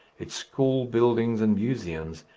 its school buildings and museums,